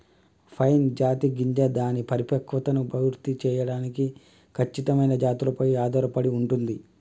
pine జాతి గింజ దాని పరిపక్వతను పూర్తి సేయడానికి ఖచ్చితమైన జాతులపై ఆధారపడి ఉంటుంది